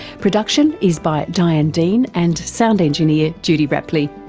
production is by diane dean and sound engineer judy rapley.